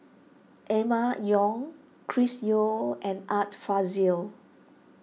Emma Yong Chris Yeo and Art Fazil